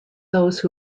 those